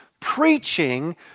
preaching